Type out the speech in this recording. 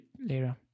later